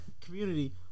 community